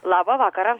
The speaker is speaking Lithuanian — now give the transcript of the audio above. labą vakarą